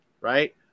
Right